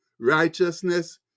righteousness